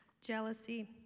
jealousy